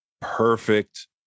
perfect